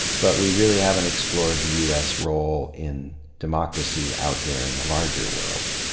but we really haven't explored the u s role in democracy out there in the larger world.